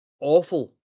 awful